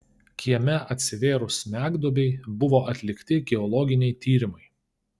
kieme atsivėrus smegduobei buvo atlikti geologiniai tyrimai